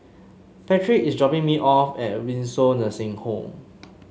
Patric is dropping me off at Windsor Nursing Home